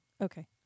Okay